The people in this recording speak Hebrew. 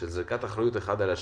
של זריקת האחריות אחד על השני,